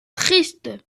triste